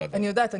אני יודעת.